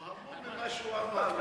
הוא המום ממה שהוא אמר.